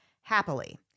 happily